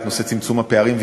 נושא צמצום הפערים,